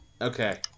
Okay